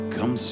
Come